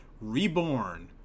Reborn